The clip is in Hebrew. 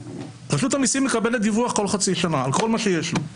רשות המסים מקבלת דיווח כל חצי שנה על כל מה שיש לו.